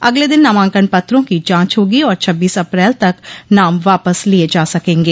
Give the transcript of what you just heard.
अगले दिन नामांकन पत्रों की जांच होगी और छब्बीस अप्रैल तक नाम वापस लिये जा सकेंगे